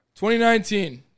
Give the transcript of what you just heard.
2019